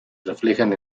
reflejan